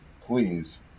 please